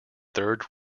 third